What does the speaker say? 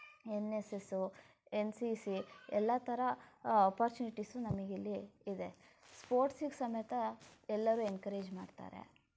N S S N C C ಎಲ್ಲ ಥರ opportunities ನಮಗಿಲ್ಲಿ ಇದೆ ಸ್ಪೋರ್ಟ್ಸ್ಗೆ ಸಮೇತ ಎಲ್ಲರೂ ಎನ್ಕರೇಜ್ ಮಾಡ್ತಾರೆ